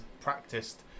practiced